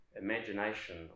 Imagination